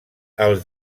els